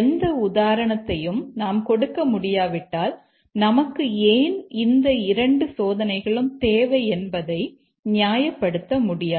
எந்த உதாரணத்தையும் நாம் கொடுக்க முடியாவிட்டால் நமக்கு ஏன் இரண்டு சோதனைகளும் தேவை என்பதை நியாயப்படுத்த முடியாது